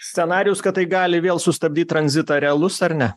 scenarijus kad tai gali vėl sustabdyt tranzitą realus ar ne